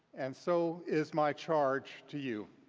and so is my charge to you.